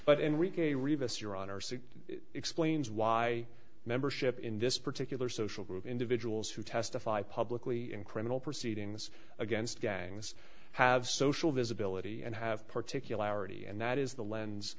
sic explains why membership in this particular social group individuals who testify publicly in criminal proceedings against gangs have social visibility and have particularity and that is the lens